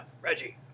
Reggie